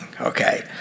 okay